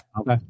Okay